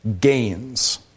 Gains